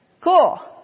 cool